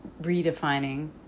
redefining